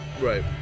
Right